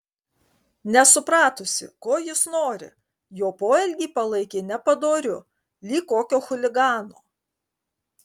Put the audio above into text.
nesupratusi ko jis nori jo poelgį palaikė nepadoriu lyg kokio chuligano